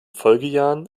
folgejahren